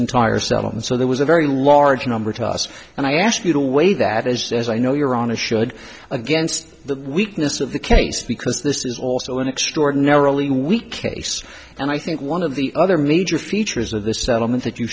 entire settlement so there was a very large number to us and i ask you to weigh that as as i know you're on a should against the weakness of the case because this is also an extraordinarily weak case and i think one of the other major features of this settlement that you